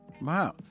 Wow